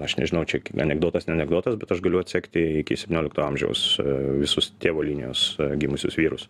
aš nežinau čia anekdotas ne anekdotas bet aš galiu atsekti iki septyniolikto amžiaus visus tėvo linijos gimusius vyrus